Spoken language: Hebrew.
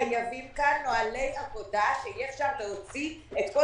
חייבים כאן נהלי עבודה שיהיה אפשר להוציא את כל